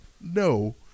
no